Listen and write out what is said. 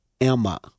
Emma